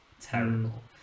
terrible